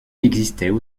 existaient